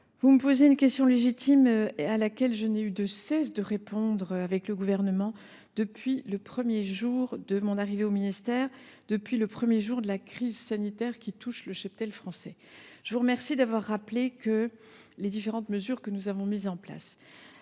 vous me posez une question légitime à laquelle je n’ai eu de cesse de répondre avec le Gouvernement depuis le premier jour de mon arrivée au ministère, depuis le premier jour de la crise sanitaire qui touche le cheptel français. Je vous remercie à ce titre d’avoir rappelé les différentes mesures que nous avons mises en place.